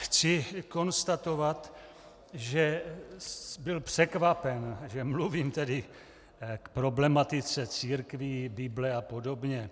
Chci konstatovat, že byl překvapen, že mluvím tedy k problematice církví, Bible apod.